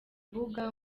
mbuga